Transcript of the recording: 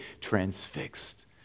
transfixed